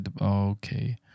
Okay